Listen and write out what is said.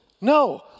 no